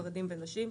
חרדים ונשים.